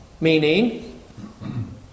Meaning